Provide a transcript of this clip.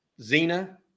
Zena